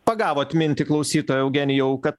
pagavot mintį klausytojo eugenijau kad